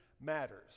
matters